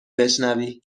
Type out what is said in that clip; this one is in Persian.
بشنوی